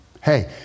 Hey